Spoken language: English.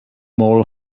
mall